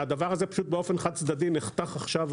והדבר הזה באופן חד צדדי נחתך עכשיו.